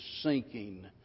sinking